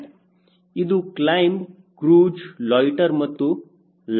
ಇದು climb cruise loiter ಮತ್ತು land